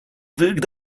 fügt